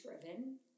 driven